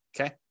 Okay